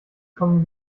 kommen